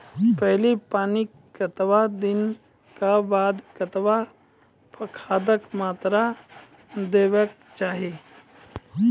पहिल पानिक कतबा दिनऽक बाद कतबा खादक मात्रा देबाक चाही?